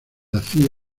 hace